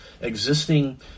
existing